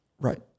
Right